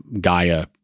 Gaia